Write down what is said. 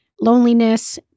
loneliness